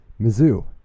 Mizzou